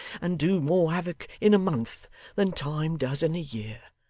and do more havoc in a month than time does in a year.